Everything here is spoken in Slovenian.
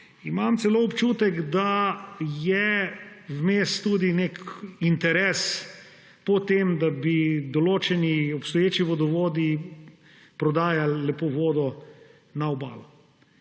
imam celo občutek, da je vmes tudi nek interes po tem, da bi določeni obstoječi vodovodi prodajali lepo vodo na Obalo.